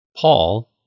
Paul